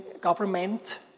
government